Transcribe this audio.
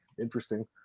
Interesting